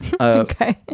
Okay